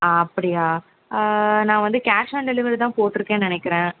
ஆ அப்படியா நான் வந்து கேஷ் ஆன் டெலிவரி தான் போட்டிருக்கேன் நினைக்கிறேன்